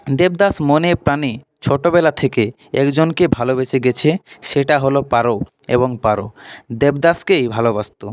দেবদাস মনে প্রাণে ছোটোবেলা থেকে একজনকে ভালোবেসে গেছে সেটা হল পারো এবং পারো দেবদাসকেই ভালোবাসত